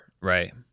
right